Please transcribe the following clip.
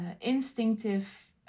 instinctive